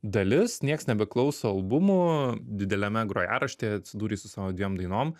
dalis nieks nebeklauso albumų dideliame grojaraštyje atsidūrei su savo dviem dainom